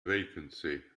vacancy